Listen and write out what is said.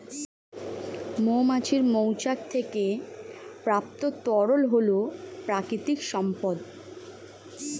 মৌমাছির মৌচাক থেকে প্রাপ্ত তরল হল প্রাকৃতিক সম্পদ